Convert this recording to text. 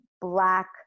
Black